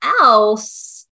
else